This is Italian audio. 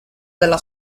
della